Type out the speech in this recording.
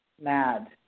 mad